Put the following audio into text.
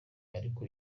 ariko